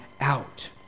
out